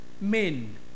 men